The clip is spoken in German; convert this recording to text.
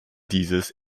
dieses